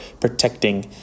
protecting